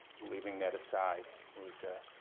leaving that aside, it was